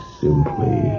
simply